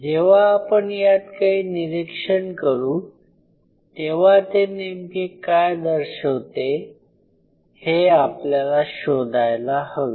जेव्हा आपण यात काही निरीक्षण करू तेव्हा ते नेमके काय दर्शवते हे आपल्याला शोधायला हवे